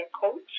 Coach